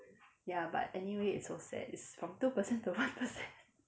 ya but anyway it's so sad it's from two percent to one percent